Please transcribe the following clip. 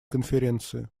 конференции